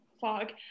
fog